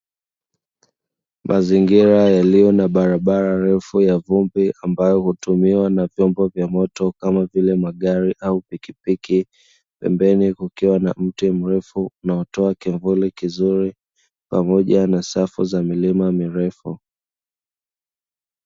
Mazingira yaliyo na barabara refu ya vumbi ambayo hutumiwa na vyombo vya moto kama vile magari au pikipiki pembeni kukiwa na mti mrefu na utoa kivuli kizuri pamoja na safu za milima mirefu.